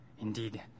indeed